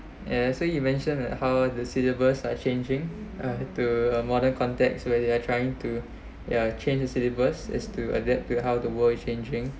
eh so you mention that how the syllabus are changing uh to a modern context where they are trying to ya change the syllabus is to adapt to how the world is changing